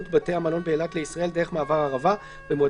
המעידה על כך שנושא הדרכון רשום במשרד החוץ כאיש